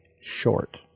short